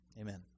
amen